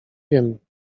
wiem